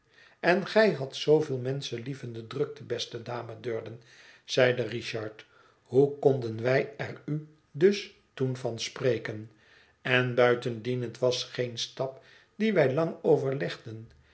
en gij hadt zoo veel menschlievende drukte beste dame durden zeide richard hoe konden wij er u dus toen van spreken en buitendien het was geen stap dien wij lang overlegden